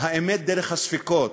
האמת דרך הספקות.